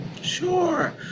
sure